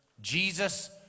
Jesus